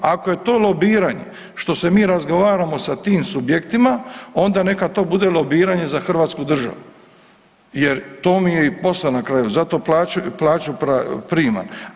Ako je to lobiranje što se mi razgovaramo sa tim subjektima, onda neka to bude lobiranje za hrvatsku državu jer to mi je i posao na kraju, za to plaću, plaću primam.